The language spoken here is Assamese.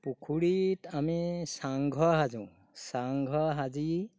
পুখুৰীত আমি চাংঘৰ সাজোঁ চাংঘৰ সাজি